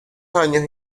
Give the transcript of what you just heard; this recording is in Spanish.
años